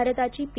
भारताची पी